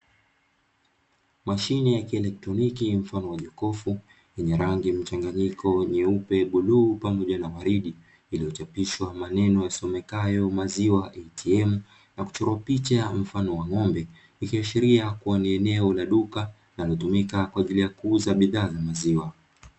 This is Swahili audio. Mashine ya kielektroniki mfano wa jokofu yenye rangi mchanganyiko nyeupe, bluu pamoja na uwaridi, yaliyochapishwa maneno yasomekayo "maziwa ATM" na kuchorwa picha mfano wa ng'ombe. Ikiashiria kuwa ni eneo la duka linalotumika kwa ajili ya kuuza bidhaa za maziwa.